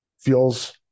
feels